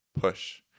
push